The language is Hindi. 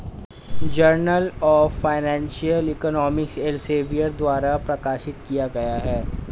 journal of financial economics Elsevier द्वारा प्रकाशित किया गया हैं